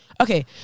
Okay